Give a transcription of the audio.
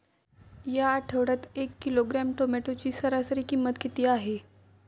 या आठवड्यात एक किलोग्रॅम टोमॅटोची सरासरी किंमत किती आहे?